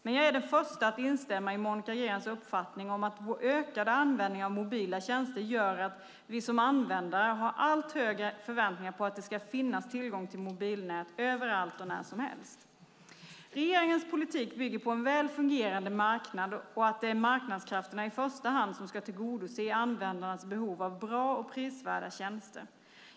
Men jag är den första att instämma i Monica Greens uppfattning att vår ökade användning av mobila tjänster gör att vi som användare har allt högre förväntningar på att det ska finnas tillgång till mobilnät - överallt och när som helst. Regeringens politik bygger på en väl fungerande marknad och att det är marknadskrafterna i första hand som ska tillgodose användarnas behov av bra och prisvärda tjänster.